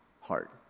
heart